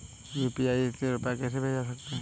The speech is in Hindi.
यू.पी.आई से रुपया कैसे भेज सकते हैं?